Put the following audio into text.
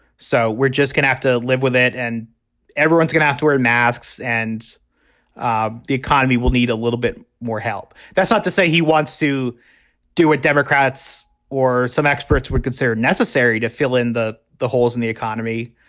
so we're just going to have to live with it and everyone's going to have to wear masks and um the economy will need a little bit more help. that's not to say he wants to do it. democrats or some experts were considered necessary to fill in the the holes in the economy.